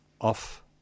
off